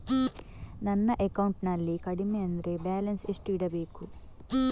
ನನ್ನ ಅಕೌಂಟಿನಲ್ಲಿ ಕಡಿಮೆ ಅಂದ್ರೆ ಬ್ಯಾಲೆನ್ಸ್ ಎಷ್ಟು ಇಡಬೇಕು?